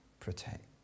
protect